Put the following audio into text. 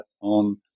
on